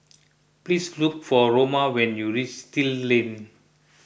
please look for Roma when you reach Still Lane